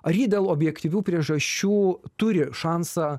ar ji dėl objektyvių priežasčių turi šansą